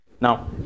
Now